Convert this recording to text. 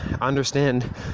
understand